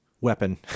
weapon